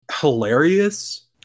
hilarious